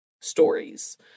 stories